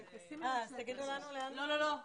ועדת המשנה הזו ומינה אותי לעמוד בראשותה.